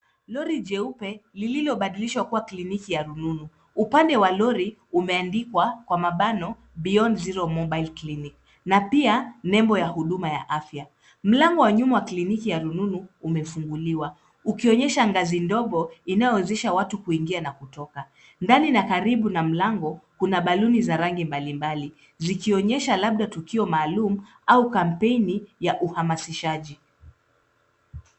Lori jeupe, lililo badilishwa kuwa kliniki ya rununu. Upande wa lori, umeandikwa, kwa mabano, Beyond Zero Mobile Clinic, na pia nembo ya huduma ya afya. Mlango wa nyuma wa kliniki ya rununu, umefunguliwa, ukionyesha ngazi ndogo, inaowezesha watu kuingia na kutoka. Ndani na karibu na mlango, kuna ballooni za rangi mbalimbali, zikionyesha labda tukio maalum, au kampeni ya uhamasishaji.